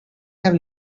have